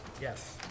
Yes